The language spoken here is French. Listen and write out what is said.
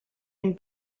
une